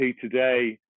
today